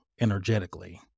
energetically